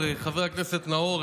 חבר הכנסת נאור,